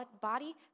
body